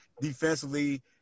Defensively